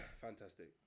fantastic